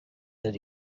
that